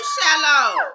shallow